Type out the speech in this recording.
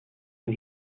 een